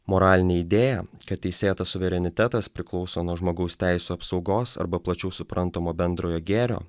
moralinė idėja kad teisėtas suverenitetas priklauso nuo žmogaus teisių apsaugos arba plačiau suprantamo bendrojo gėrio